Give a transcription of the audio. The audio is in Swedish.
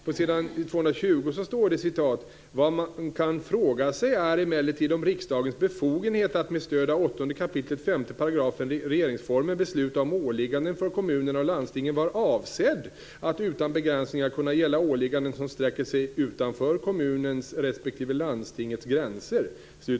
På s. 220 i betänkandet står det: "Vad man kan fråga sig är emellertid om riksdagens befogenhet att med stöd av 8 kap. 5 § RF besluta om åligganden för kommunerna och landstingen var avsedd att - utan begränsningar - kunna gälla åligganden som sträcker sig utanför kommunens respektive landstingets gränser."